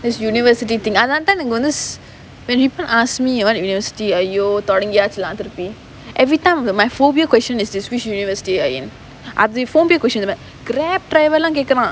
this university thing அதுனால தான் நா இங்க வந்து:athunaala thaan naa inga vanthu when people ask me what university are you !aiyo! தொடங்கியாச்சு:thodangiyaachu lah திருப்பி:thiruppi every time the my phobia question is this which university are you in அது:athu phobia question Grab driver எல்லாம் கேக்குறான்:ellaam kekkuraan